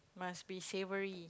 must be savory